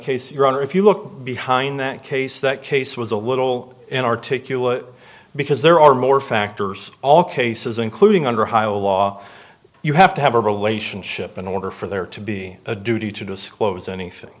case your honor if you look behind that case that case was a little inarticulate because there are more factors all cases including under high law you have to have a relationship in order for there to be a duty to disclose anything